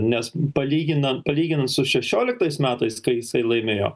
nes palyginan palyginan su šešioliktais metais kai jisai laimėjo